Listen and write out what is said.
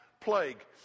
plague